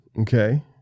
Okay